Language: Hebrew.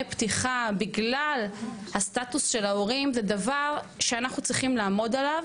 פתיחה ובגלל הסטטוס של ההורים זה דבר שאנחנו צריכים לעמוד עליו